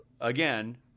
again –